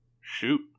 shoot